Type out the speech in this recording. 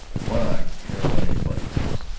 what do i care what anybody thinks?